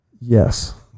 Yes